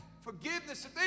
forgiveness